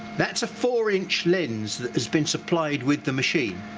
that's a four inch lens that has been supplied with the machine,